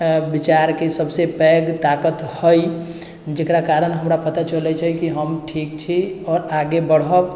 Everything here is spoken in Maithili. विचारके सबसँ पैघ ताकत हइ जकरा कारण हमरा पता चलै छै कि हम ठीक छी आओर आगे बढ़ब